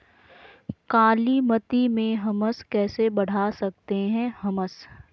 कालीमती में हमस कैसे बढ़ा सकते हैं हमस?